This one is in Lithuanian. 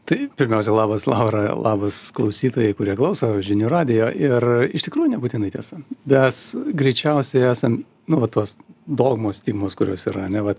tai pirmiausia labas laura labas klausytojai kurie klauso žinių radijo ir iš tikrųjų nebūtinai tiesa bes greičiausiai esam nu va tos dogmos stigmos kurios yra ane vat